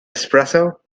espresso